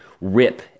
rip